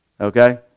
Okay